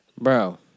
Bro